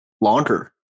longer